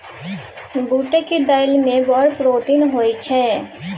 बूटक दालि मे बड़ प्रोटीन होए छै